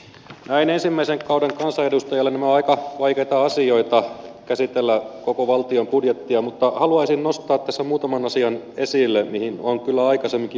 näin ensimmäisen kauden kansanedustajalle nämä ovat aika vaikeita asioita käsitellä koko valtion budjettia mutta haluaisin nostaa tässä muutaman asian esille joihin on kyllä aikaisemminkin viitattu